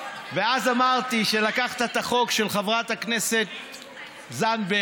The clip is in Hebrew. ואז אמרתי שלקחת את החוק של חברת הכנסת זנדברג,